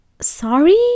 sorry